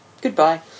goodbye